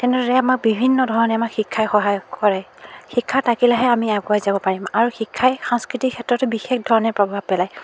তেনেদৰে আমাক বিভিন্ন ধৰণে আমাক শিক্ষাই সহায় কৰে শিক্ষা থাকিলেহে আমি আগুৱাই যাব পাৰিম আৰু শিক্ষাই সাংস্কৃতিক ক্ষেত্ৰতো বিশেষ ধৰণে প্ৰভাৱ পেলায়